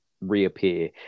reappear